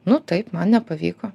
nu taip man nepavyko